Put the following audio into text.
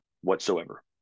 whatsoever